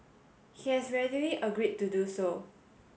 he has readily agreed to do so